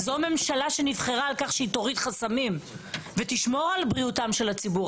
זו ממשלה שנבחרה על כך שהיא תוריד ותשמור על בריאותם של הציבור.